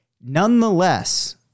Nonetheless